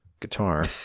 guitar